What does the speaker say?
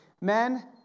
Men